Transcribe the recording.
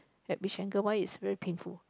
at which angle why it's very painful